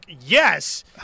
yes